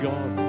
God